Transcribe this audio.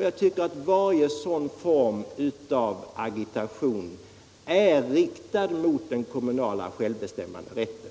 Jag tycker att varje sådan form av agitation är riktad mot den kommunala självbestämmanderätten.